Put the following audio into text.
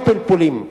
לא פלפולים.